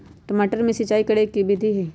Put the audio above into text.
टमाटर में सिचाई करे के की विधि हई?